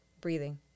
breathing